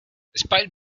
despite